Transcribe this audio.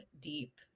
deep